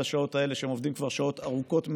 השעות האלה ועובדים כבר שעות ארוכות מאוד: